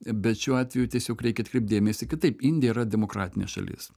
bet šiuo atveju tiesiog reikia atkreipt dėmesį kad taip indija yra demokratinė šalis